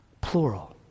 plural